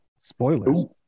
spoilers